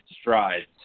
strides